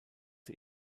sie